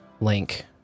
link